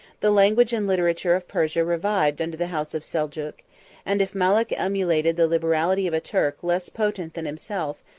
the language and literature of persia revived under the house of seljuk and if malek emulated the liberality of a turk less potent than himself,